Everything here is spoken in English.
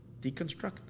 Deconstruct